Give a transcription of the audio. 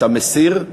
אתה מסיר?